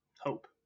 hope